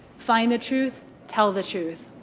find the truth, tell the truth.